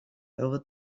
over